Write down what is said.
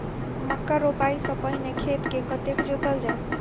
मक्का रोपाइ सँ पहिने खेत केँ कतेक जोतल जाए?